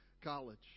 College